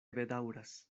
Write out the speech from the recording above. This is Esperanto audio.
bedaŭras